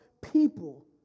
people